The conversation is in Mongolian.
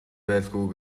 байлгүй